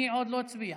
מי עוד לא הצביע?